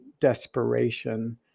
desperation